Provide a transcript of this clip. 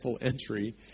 entry